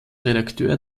redakteur